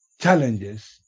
challenges